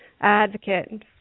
advocate